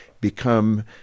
become